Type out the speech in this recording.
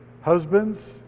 husbands